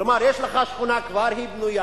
כלומר, יש לך שכונה שהיא כבר בנויה,